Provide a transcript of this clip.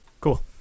Cool